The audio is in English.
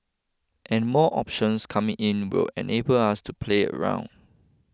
and more options coming in would enable us to play around